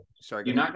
Sorry